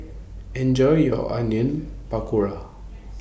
Enjoy your Onion Pakora